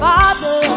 Father